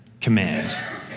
command